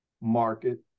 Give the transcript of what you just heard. market